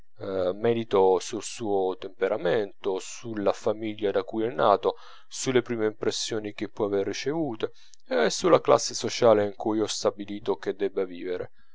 medito sul suo temperamento sulla famiglia da cui è nato sulle prime impressioni che può aver ricevute e sulla classe sociale in cui ho stabilito che debba vivere